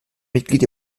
mitglied